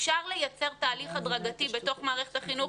אפשר לייצר תהליך הדרגתי בתוך מערכת החינוך